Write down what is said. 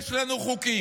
יש לנו חוקים.